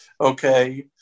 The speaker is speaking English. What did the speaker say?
Okay